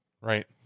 right